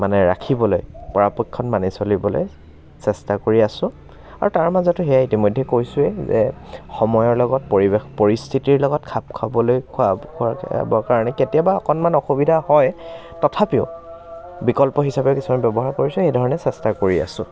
মানে ৰাখিবলৈ পৰাপক্ষত মানি চলিবলৈ চেষ্টা কৰি আছো আৰু তাৰ মাজতো সেয়া ইতিমধ্য়ে কৈছোঁয়েই যে সময়ৰ লগত পৰিৱেশ পৰিস্থিতিৰ লগত খাপ খাবলৈ খোৱাব খোৱাবৰ কাৰণে কেতিয়াবা অকণমান অসুবিধা হয় তথাপিও বিকল্প হিচাপে কিছুমান ব্য়ৱহাৰ কৰিছোঁ সেইধৰণে চেষ্টা কৰি আছো